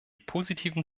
positiven